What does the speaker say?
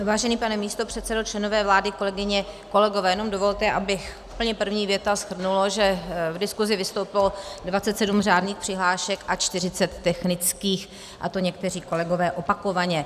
Vážený pane místopředsedo, členové vlády, kolegyně, kolegové, jenom dovolte, abych v úplně první větě shrnula, že v diskusi vystoupilo 27 řádných přihlášek a 40 technických, a to někteří kolegové opakovaně.